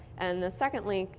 and the second link,